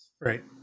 right